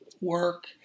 work